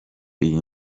iyi